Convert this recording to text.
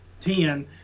Ten –